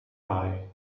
high